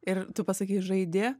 ir tu pasakei žaidė